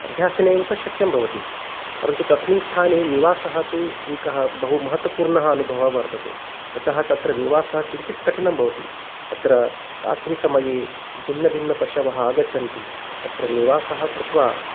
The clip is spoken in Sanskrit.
अभ्यासेनैव त शक्यं भवति परन्तु तस्मिन् स्थाने निवासः तु एकः बहु महत्त्वपूर्णः अनुभवः वर्तते यतः तत्र निवासः किञ्चित् कठिनः भवति तत्र रात्रिसमये भिन्नभिन्नपशवः आगच्छन्ति तत्र निवासः कृत्वा